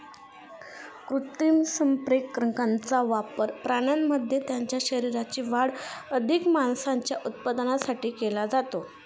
कृत्रिम संप्रेरकांचा वापर प्राण्यांमध्ये त्यांच्या शरीराची वाढ अधिक मांसाच्या उत्पादनासाठी केला जातो